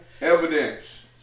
evidence